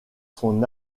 son